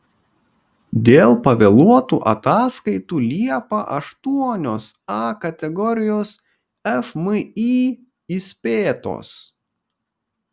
dėl pavėluotų ataskaitų liepą aštuonios a kategorijos fmį įspėtos